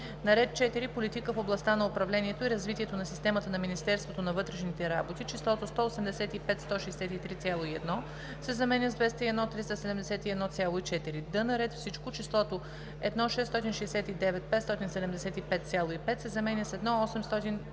на ред 4. Политика в областта на управлението и развитието на системата на Министерството на вътрешните работи числото „185 163,1“ се заменя с „201 371,4“; д) на ред Всичко числото „1 669 575,5“ се заменя с „1